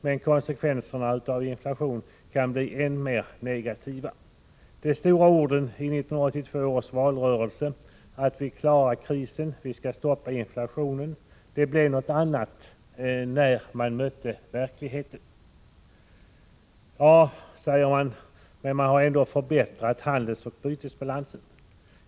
Men konsekvenserna av inflationen kan bli än mera negativa. I 1982 års valrörelse använde man stora ord — man sade: Vi klarar krisen, vi skall stoppa inflationen — men det blev något annat när man mötte verkligheten. Ja, säger man, men vi har ändå förbättrat handelsoch bytesbalansen.